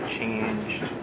changed